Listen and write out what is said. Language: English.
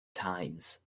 times